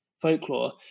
folklore